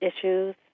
issues